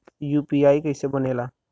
UPI कईसे बनेला?